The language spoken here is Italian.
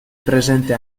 presente